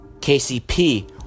KCP